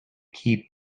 keep